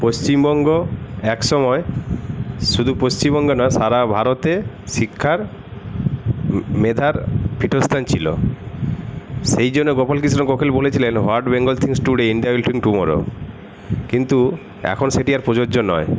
পশ্চিমবঙ্গ এক সময় শুধু পশ্চিমবঙ্গে নয় সারা ভারতে শিক্ষার মেধার পীঠস্থান ছিলো সেই জন্য গোপাল কৃষ্ণ গোখেল বলেছিলেন what Bengal thinks today India will think tomorrow কিন্তু এখন সেটি আর প্রযোজ্য নয়